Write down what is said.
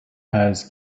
has